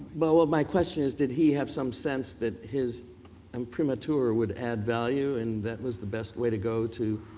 but what my question is, did he have some sense that his imprimatur would add value and that was the best way to go to